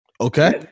Okay